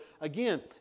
again